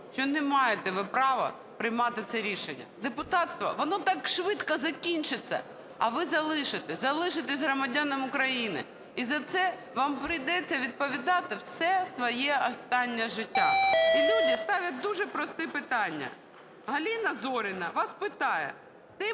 що не маєте ви права приймати це рішення. Депутатство, воно так швидко закінчиться, а ви залишитесь, залишитесь громадянами України. І за це вам прийдеться відповідати все своє останнє життя. І люди ставлять дуже прості питання. Галина Зоріна вас питає: